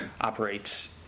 operates